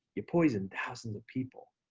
you poisoned thousands of people.